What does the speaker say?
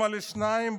אימא לשניים,